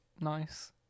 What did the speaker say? nice